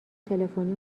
تلفنی